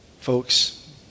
Folks